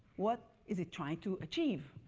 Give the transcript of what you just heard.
what is it trying to achieve?